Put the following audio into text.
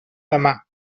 demà